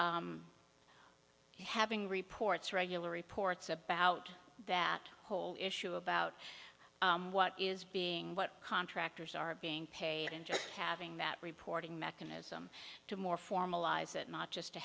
having reports regular reports about that whole issue about what is being what contractors are being paid into having that reporting mechanism to more formalize it not just to